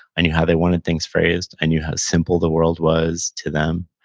i knew how they wanted things phrased. i knew how simple the world was to them,